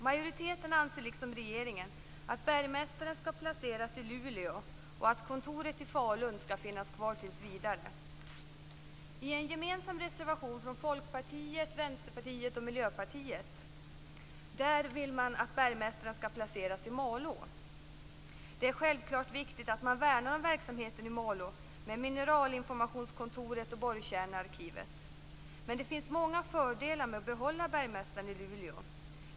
Majoriteten anser liksom regeringen att bergmästaren skall placeras i Luleå och att kontoret i Falun skall finnas kvar tills vidare. Vänsterpartiet och Miljöpartiet vill man att bergmästaren skall placeras i Malå. Det är självklart viktigt att man värnar om verksamheten i Malå, med mineralinformationskontoret och borrkärnearkivet. Men det finns många fördelar med att behålla bergmästaren i Luleå.